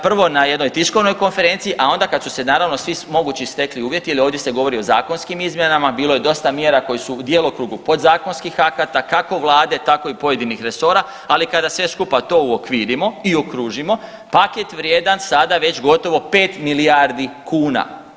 Prvo na jednoj tiskovnoj konferenciji, a onda kad su se naravno svi mogući stekli uvjeti, jer ovdje se govori o zakonskim izmjenama bilo je dosta mjera koje su u djelokrugu podzakonskih akata kako vlade tako i pojedinih resora, ali kada sve skupa to uokvirimo i okružimo, paket vrijedan sada već gotovo 5 milijardi kuna.